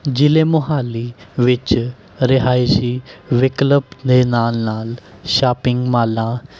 ਜ਼ਿਲ੍ਹੇ ਮੋਹਾਲੀ ਵਿੱਚ ਰਿਹਾਇਸ਼ੀ ਵਿਕਲਪ ਦੇ ਨਾਲ ਨਾਲ ਸ਼ਾਪਿੰਗ ਮਾਲਾਂ